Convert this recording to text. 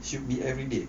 should be everyday